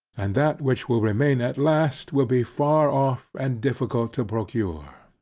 and that, which will remain at last, will be far off and difficult to procure.